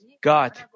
God